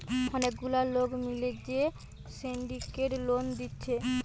অনেক গুলা লোক মিলে যে সিন্ডিকেট লোন দিচ্ছে